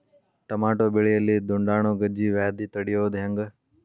Tomato ಬೆಳೆಯಲ್ಲಿ ದುಂಡಾಣು ಗಜ್ಗಿ ವ್ಯಾಧಿ ತಡಿಯೊದ ಹೆಂಗ್?